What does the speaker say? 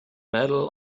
medal